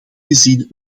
gezien